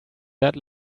that